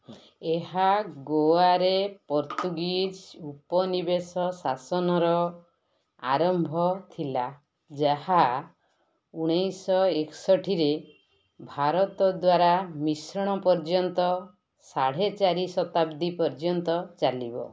ଏହା ଗୋଆରେ ପର୍ତ୍ତୁଗୀଜ ଉପନିବେଶ ଶାସନର ଆରମ୍ଭ ଥିଲା ଯାହା ଉଣେଇଶ ଶହ ଏକଶଠିରେ ଭାରତ ଦ୍ୱାରା ମିଶ୍ରଣ ପର୍ଯ୍ୟନ୍ତ ସାଢ଼େ ଚାରି ଶତାବ୍ଦୀ ପର୍ଯ୍ୟନ୍ତ ଚାଲିବ